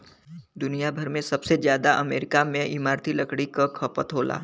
दुनिया भर में सबसे जादा अमेरिका में इमारती लकड़ी क खपत होला